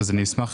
אשמח